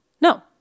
No